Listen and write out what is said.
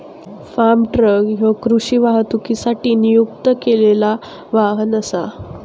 form truck ह्या कृषी वाहतुकीसाठी नियुक्त केलेला वाहन असा